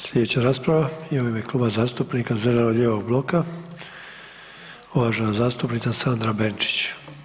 Sljedeća rasprava je u ime Kluba zastupnika zeleno-lijevog bloka uvažena zastupnica Sandra Benčić.